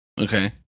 Okay